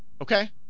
okay